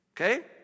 okay